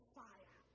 fire